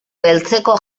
beltzeko